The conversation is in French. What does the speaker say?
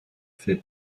fait